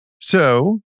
So-